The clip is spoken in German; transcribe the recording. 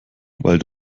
weil